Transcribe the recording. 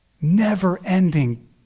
Never-ending